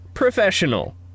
Professional